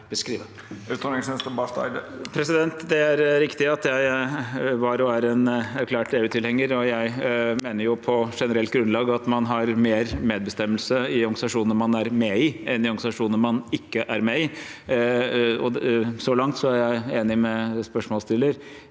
Det er riktig at jeg var og er en erklært EU-tilhenger, og jeg mener på generelt grunnlag at man har mer medbestemmelse i organisasjoner man er med i, enn i organisasjoner man ikke er med i. Så langt er jeg enig med spørsmålsstilleren.